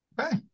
Okay